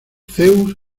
zeus